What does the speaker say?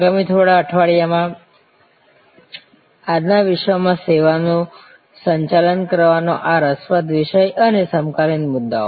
આગામી થોડા અઠવાડિયામાં આજના વિશ્વમાં સેવાઓનું સંચાલન કરવાનો આ રસપ્રદ વિષય અને સમકાલીન મુદ્દાઓ